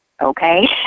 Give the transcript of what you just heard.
okay